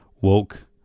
woke